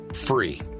free